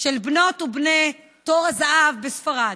של בנות ובני תור הזהב בספרד.